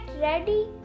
ready